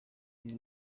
ibi